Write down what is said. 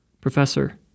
Professor